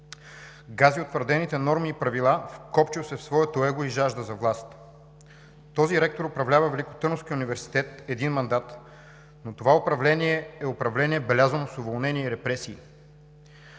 Гази утвърдените норми и правила, вкопчил се в своето его и жажда за власт. Този ректор управлява Великотърновския университет един мандат, но това управление е управление, белязано с уволнения и репресии.